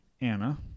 Anna